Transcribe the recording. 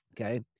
okay